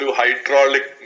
hydraulic